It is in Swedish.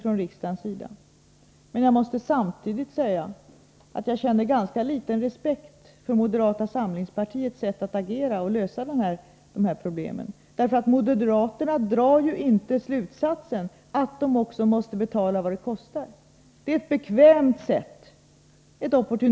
Jag måste emellertid samtidigt säga att jag känner ganska litet respekt för moderata samlingspartiets sätt att agera för att lösa de här problemen. Moderaterna drar nämligen inte slutsatsen att de också måste betala vad det kostar. Det är ett bekvämt och opportunistiskt sätt att agera politiskt.